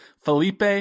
Felipe